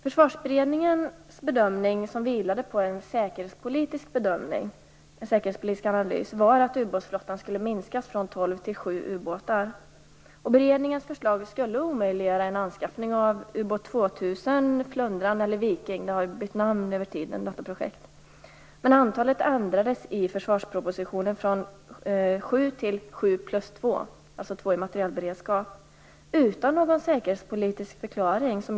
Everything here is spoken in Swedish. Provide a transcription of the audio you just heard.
Försvarsberedningens bedömning, som vilade på en säkerhetspolitisk analys, var att ubåtsflottan skulle minskas från 12 till 7 ubåtar. Beredningens förslag skulle omöjliggöra en anskaffning av Ubåt 2000, Flundran eller Viking - projektet har bytt namn över tiden - men antalet ändrades i försvarspropositionen från 7 till 7 + 2, enligt vad jag känner till utan någon säkerhetspolitisk förklaring.